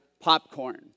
popcorn